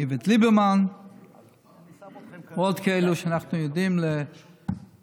איווט ליברמן ועוד כאלה שאנחנו יודעים לדיראון